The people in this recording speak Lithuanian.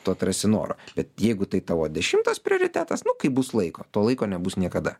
tu atrasi noro bet jeigu tai tavo dešimtas prioritetas nu kaip bus laiko to laiko nebus niekada